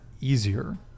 easier